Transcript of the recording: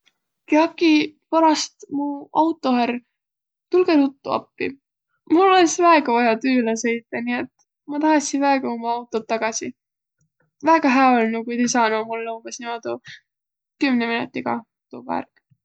Kiäkiq varast' mu auto ärq. Tulgõ ruttu appi! Mul olõs väega vaja tüüle sõitaq, nii et ma tahassiq väega umma autot tagasi. Väega hää olnuq, ku ti saanuq ollaq umbõs niimoodu kümne minotigaq tuvvaq ärq.